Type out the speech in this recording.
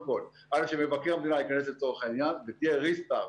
שמבקר המדינה ייכנס לתוך העניין ושיהיה ריסטארט,